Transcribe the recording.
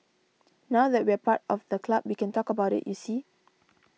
now that we're part of the club we can talk about it you see